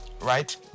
right